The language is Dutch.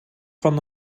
van